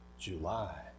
July